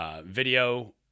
video